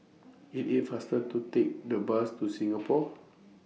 IT IS faster to Take The Bus to Singapore